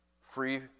Free